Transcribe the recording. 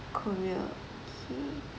korea okay